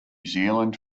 zealand